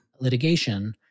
litigation